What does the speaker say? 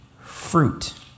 fruit